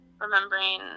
remembering